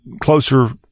closer